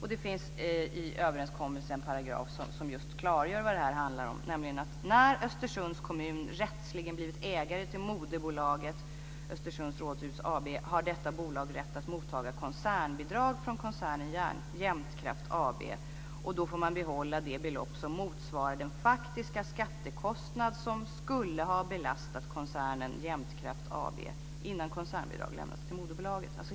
Det finns i överenskommelsen en paragraf som klargör vad det handlar om, nämligen följande: När Östersunds kommun rättsligen blivit ägare till moderbolaget Östersunds Rådshus AB har detta bolag rätt att mottaga ett koncernbidrag från koncernen Jämtkraft AB. Då får man behåll det belopp som motsvarar den faktiska skattekostnad som skulle ha belastat koncernen Jämtkraft AB innan koncernbidrag lämnats till moderbolaget.